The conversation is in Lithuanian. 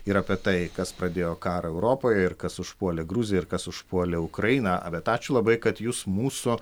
ir apie tai kas pradėjo karą europoje ir kas užpuolė gruziją ir kas užpuolė ukrainą bet ačiū labai kad jūs mūsų